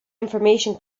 information